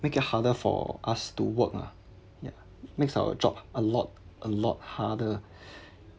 make it harder for us to work ah yeah makes our job a lot a lot harder